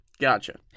Gotcha